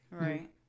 right